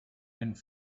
and